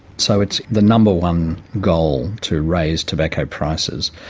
so it's the number one goal to raise tobacco prices.